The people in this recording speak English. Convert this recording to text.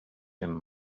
him